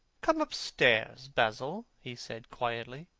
come upstairs, basil, he said quietly.